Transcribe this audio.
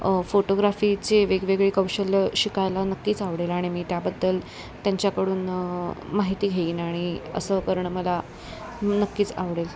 फोटोग्राफीचे वेगवेगळे कौशल्य शिकायला नक्कीच आवडेल आणि मी त्याबद्दल त्यांच्याकडून माहिती घेईन आणि असं करणं मला नक्कीच आवडेल